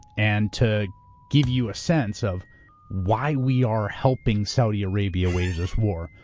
and to give you a sense of why we are helping saudi arabia wage this war.